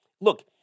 Look